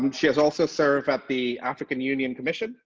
um she has also served at the african union commission